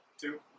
Two